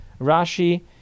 Rashi